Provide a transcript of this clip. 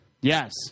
Yes